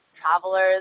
travelers